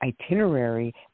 itinerary